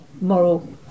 moral